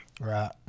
Right